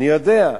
אני יודע.